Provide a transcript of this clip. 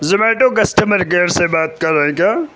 Zomato customer care سے بات کر رہے ہیں کیا